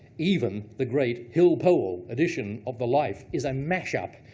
even the great hill powell edition of the life is a mashup.